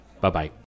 Bye-bye